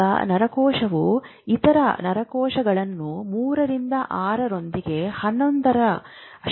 ಏಕ ನರಕೋಶವು ಇತರ ನರಕೋಶಗಳನ್ನು 3 ರಿಂದ 6 ರೊಂದಿಗೆ 11 ರ ಶಕ್ತಿಯೊಂದಿಗೆ ಸಂಪರ್ಕಿಸುತ್ತದೆ